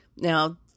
now